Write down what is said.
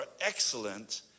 excellent